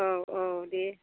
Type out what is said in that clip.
औ औ दे